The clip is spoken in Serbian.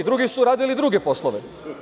Drugi su radili druge poslove.